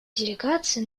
делегации